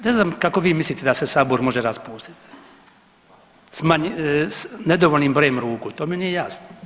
Ne znam kako vi mislite da se sabor može raspustit, nedovoljnim brojem ruku, to mi nije jasno.